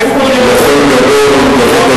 הוא נמצא, איפה בוז'י הרצוג האחראי ליערות?